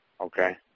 okay